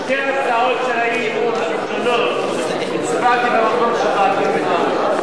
בשתי הצעות האי-אמון הראשונות הצבעתי במקום של וקנין.